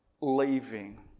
leaving